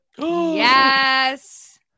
yes